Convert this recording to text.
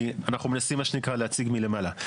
אנחנו מנסים מה שנקרא להציג מלמעלה.